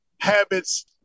habits